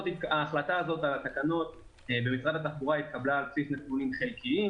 ההחלטה במשרד התחבורה על התקנות התקבלה על בסיס נתונים חלקיים,